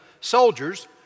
soldiers